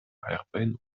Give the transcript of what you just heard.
herbeno